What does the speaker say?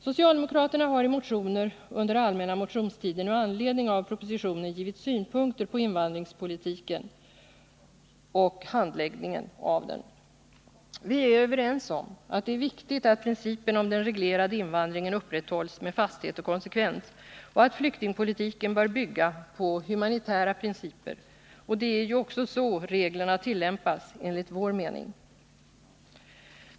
Socialdemokraterna har i motioner under allmänna motionstiden och med anledning av propositionen anfört synpunkter på invandringspolitiken och handläggningen av den. Vi är överens om att det är viktigt att principen om den reglerade invandringen upprätthålls med fasthet och konsekvens och att flyktingpolitiken bör bygga på humanitära principer. Och det är ju också så reglerna tillämpas, enligt vår mening.